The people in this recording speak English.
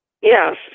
Yes